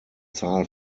zahl